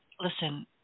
Listen